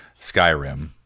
Skyrim